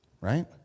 right